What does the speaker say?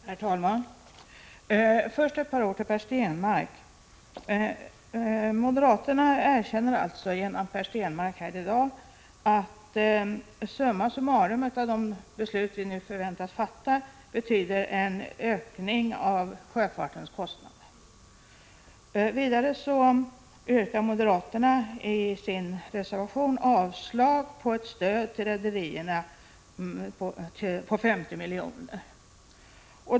Herr talman! Först ett par ord till Per Stenmarck. Moderaterna erkänner alltså att de beslut som vi nu förväntas fatta summa summarum betyder en ökning av sjöfartens kostnader. Vidare yrkar moderaterna i en reservation avslag på ett stöd till rederierna med 50 milj.kr.